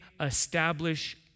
establish